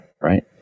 right